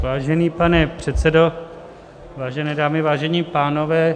Vážený pane předsedo, vážené dámy, vážení pánové.